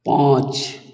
पाँच